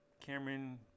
Cameron